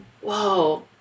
whoa